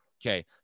Okay